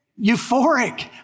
euphoric